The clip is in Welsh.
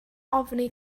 ofni